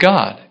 God